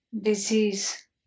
disease